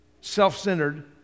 self-centered